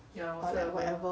or like whatever